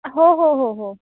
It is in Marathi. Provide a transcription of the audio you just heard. हो हो हो हो